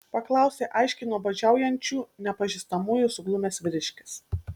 paklausė aiškiai nuobodžiaujančių nepažįstamųjų suglumęs vyriškis